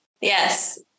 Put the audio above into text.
yes